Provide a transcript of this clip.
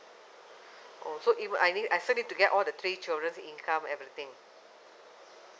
oh so even I need I send it to get all the three children's income everything